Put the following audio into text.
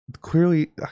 Clearly